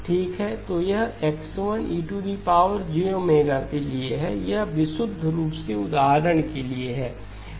यह X1 के लिए है यह विशुद्ध रूप से उदाहरण के लिए है